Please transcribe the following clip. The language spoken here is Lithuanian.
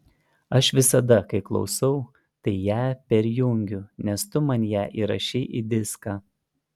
aš visada kai klausau tai ją perjungiu nes tu man ją įrašei į diską